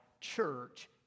church